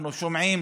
אנחנו שומעים